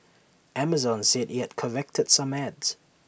Amazon said IT has corrected some ads